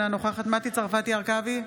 אינה נוכחת מטי צרפתי הרכבי,